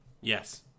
Yes